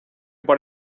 por